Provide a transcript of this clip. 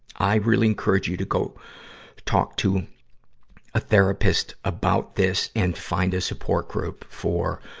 i really encourage you to go talk to a therapist about this and find a support group for,